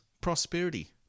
prosperity